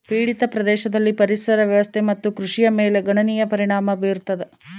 ಪೀಡಿತ ಪ್ರದೇಶದಲ್ಲಿ ಪರಿಸರ ವ್ಯವಸ್ಥೆ ಮತ್ತು ಕೃಷಿಯ ಮೇಲೆ ಗಣನೀಯ ಪರಿಣಾಮ ಬೀರತದ